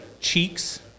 cheeks